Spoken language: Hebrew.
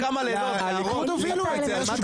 הליכוד התנגד.